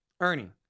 Ernie